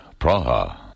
Praha